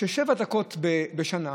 ששבע דקות בשנה,